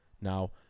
Now